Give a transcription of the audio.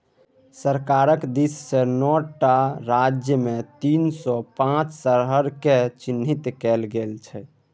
सरकारक दिससँ नौ टा राज्यमे तीन सौ पांच शहरकेँ चिह्नित कएल गेल छै